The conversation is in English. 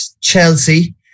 Chelsea